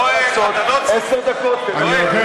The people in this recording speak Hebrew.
אדוני היושב-ראש, אני יודע, יש עשר דקות, אז זהו.